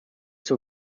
zur